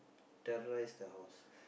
terrorize the house